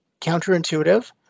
counterintuitive